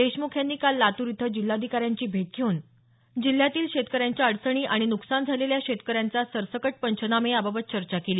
देशमुख यांनी काल लातूर इथं जिल्हाधिकाऱ्यांची भेट घेऊन जिल्ह्यातील शेतकऱ्यांच्या अडचणी आणि नुकसान झालेल्या शेतकऱ्यांचा सरसकट पंचनामे याबाबत चर्चा केली